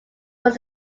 was